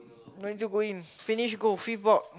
don't need to go in finish goals fit board